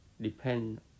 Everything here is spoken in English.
depend